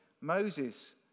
Moses